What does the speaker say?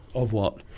of what?